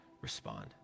respond